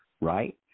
right